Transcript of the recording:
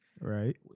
Right